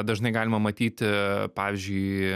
dažnai galima matyti pavyzdžiui